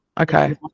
okay